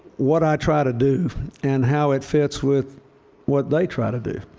what i try to do and how it fits with what they try to do.